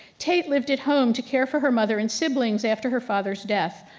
tate lived at home to care for her mother and siblings after her father's death,